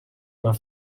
were